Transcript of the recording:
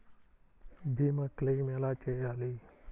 భీమ క్లెయిం ఎలా చేయాలి?